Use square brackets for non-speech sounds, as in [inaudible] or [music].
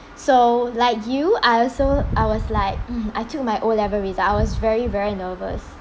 so like you I also I was like [noise] I took my O level result I was very very nervous